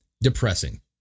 depressing